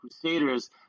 Crusaders